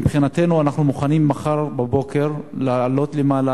מבחינתנו אנחנו מוכנים מחר בבוקר לעלות למעלה,